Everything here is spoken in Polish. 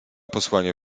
posłanie